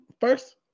First